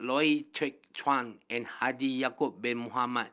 Loy Chye Chuan and Haji Ya'acob Bin Mohamed